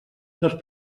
dels